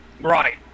right